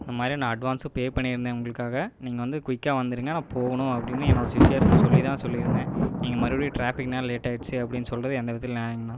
இந்த மாதிரி நான் அட்வான்ஸும் பே பண்ணி இருந்தேன் உங்களுக்காக நீங்கள் வந்து குயிக்காக வந்துவிடுங்க நான் போகணும் அப்படின்னு என்னோடய சுச்சிவேஷன் சொல்லி தான் சொல்லியிருந்தேன் நீங்கள் மறுபடியும் ட்ராஃபிக்னால் லேட்டாகிடுச்சி அப்படின்னு சொல்லுறது எந்த விதத்தில் நியாங்கண்ணா